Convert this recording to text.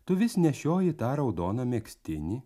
tu vis nešioji tą raudoną megztinį